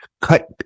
cut